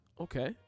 Okay